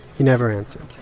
he never answered